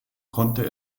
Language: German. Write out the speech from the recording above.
konnte